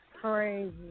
crazy